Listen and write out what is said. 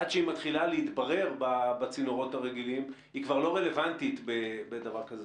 עד שהיא מתחילה להתברר בצינורות הרגילים היא כבר לא רלוונטית בדבר כזה.